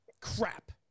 crap